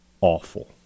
awful